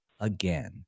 again